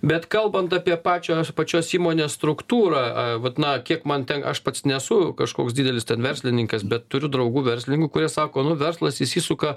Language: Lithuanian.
bet kalbant apie pačio pačios įmonės struktūrą vat na kiek man ten aš pats nesu kažkoks didelis verslininkas bet turiu draugų verslininkų kurie sako nu verslas įsisuka